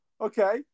okay